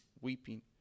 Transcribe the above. weeping